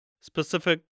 specific